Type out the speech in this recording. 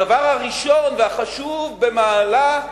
הדבר החשוב והראשון במעלה,